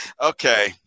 Okay